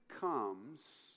comes